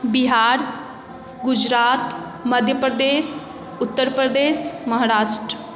Bihar Gujarat Madhya Pradesh Uttar Pradesh Maharashtra